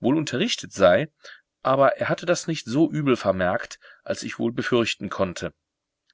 wohl unterrichtet sei aber er hatte das nicht so übel vermerkt als ich wohl befürchten konnte